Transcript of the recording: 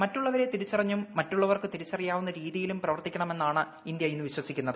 മറ്റുള്ളവരെതിരിച്ചറിഞ്ഞും മറ്റുള്ളവർക്ക്തിരിച്ചറിയാവുന്ന രീതിയിലുംപ്രവർത്തിക്കണമെന്നതിലാണ് ഇന്ത്യ ഇന്ന് വിശ്വസിക്കുന്നത്